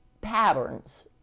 patterns